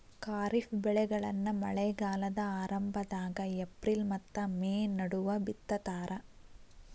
ಖಾರಿಫ್ ಬೆಳೆಗಳನ್ನ ಮಳೆಗಾಲದ ಆರಂಭದಾಗ ಏಪ್ರಿಲ್ ಮತ್ತ ಮೇ ನಡುವ ಬಿತ್ತತಾರ